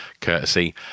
courtesy